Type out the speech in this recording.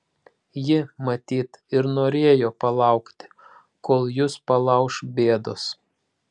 ji matyt ir norėjo palaukti kol jus palauš bėdos